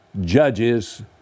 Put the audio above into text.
judges